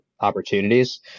opportunities